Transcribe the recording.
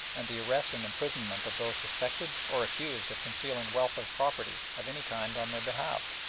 and the arrest and imprisonment of those suspected or accused of concealing wealth or property of any kind on their behalf.